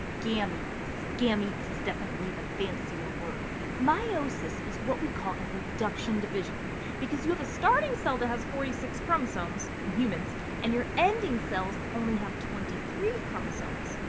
gametes. gametes is definitely the fancier word. meiosis is what we call a reduction division because you have a starting cell that has forty six chromosomes in humans and your ending cells only have twenty three chromosomes.